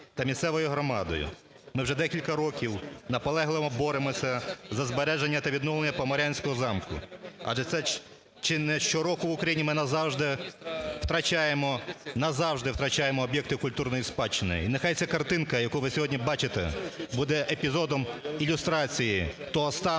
та місцевою громадою ми вже декілька років наполегливо боремося за збереження та відновлення Поморянського замку, адже це чи не щороку в Україні ми назавжди втрачаємо об'єкти культурної спадщини. І нехай ця картинка, яку ви сьогодні бачите, буде епізодом ілюстрації того стану